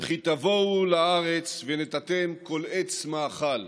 "וכי תָבֹאוּ אל הארץ ונטעתם כל עץ מאכל".